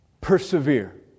persevere